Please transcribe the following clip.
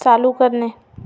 चालू करणे